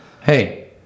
hey